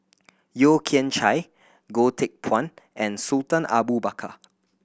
Yeo Kian Chye Goh Teck Phuan and Sultan Abu Bakar